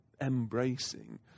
embracing